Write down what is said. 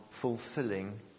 fulfilling